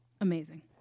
Amazing